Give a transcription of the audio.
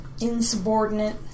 Insubordinate